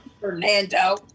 Fernando